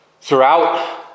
throughout